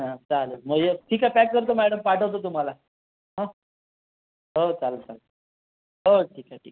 हां चालेल मग ये ठीक आहे पॅक करतो मॅडम पाठवतो तुम्हाला हां हो चालेल चालेल हो ठीक आहे ठीक आहे